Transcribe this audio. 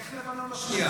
איך מלחמת לבנון השנייה?